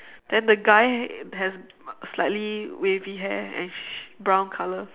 then the guy has slightly wavy hair and sh~ brown colour